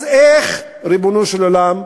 אז איך, ריבונו של עולם,